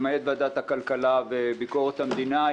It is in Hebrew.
למעט ועדת הכלכלה וביקורת המדינה,